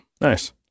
nice